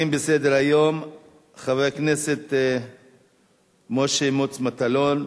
חבר הכנסת משה מוץ מטלון,